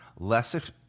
less